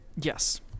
Yes